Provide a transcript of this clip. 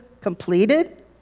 completed